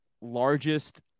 largest